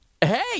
Hey